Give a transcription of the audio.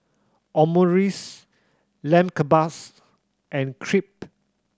Omurice Lamb Kebabs and Crepe